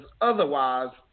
otherwise